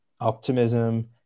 optimism